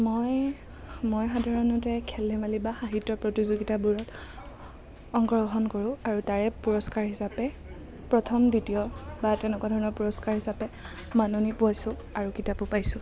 মই মই সাধাৰণতে খেল ধেমালি বা সাহিত্য়ৰ প্ৰতিযোগিতাবোৰত অংশগ্ৰহণ কৰোঁ আৰু তাৰে পুৰস্কাৰ হিচাপে প্ৰথম দ্বিতীয় বা তেনেকুৱা ধৰণৰ পুৰস্কাৰ হিচাপে মাননি পাইছোঁ আৰু কিতাপো পাইছোঁ